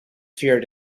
fear